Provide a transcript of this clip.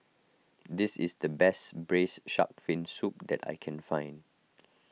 this is the best Braised Shark Fin Soup that I can find